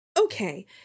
Okay